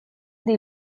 des